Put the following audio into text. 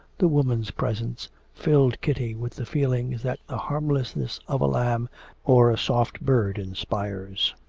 the woman's presence filled kitty with the feelings that the harmlessness of a lamb or a soft bird inspires.